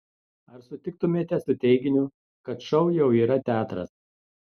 ar sutiktumėte su teiginiu kad šou jau yra teatras